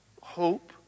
hope